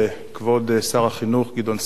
כבוד שר החינוך גדעון סער,